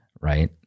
right